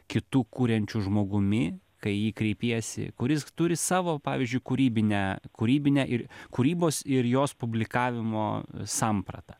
kitu kuriančiu žmogumi kai į jį kreipiesi kuris turi savo pavyzdžiui kūrybinę kūrybinę ir kūrybos ir jos publikavimo sampratą